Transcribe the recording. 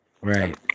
Right